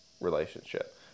relationship